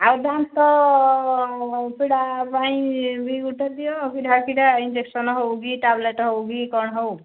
ଆଉ ଦାନ୍ତ ପୀଡ଼ା ପାଇଁ ବି ଗୋଟେ ଦିଅ ପୀଡ଼ା ପୀଡ଼ାଇଞ୍ଜେକ୍ସନ ହେଉ ଟାବଲେଟ୍ ହେଉ କ'ଣ ହେଉ